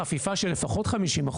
בחפיפה של לפחות 50%,